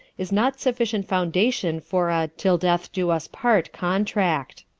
is not sufficient foundation for a till-death-do-us-part contract.